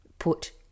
Put